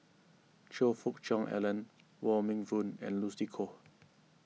Choe Fook Cheong Alan Wong Meng Voon and Lucy Koh